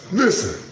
listen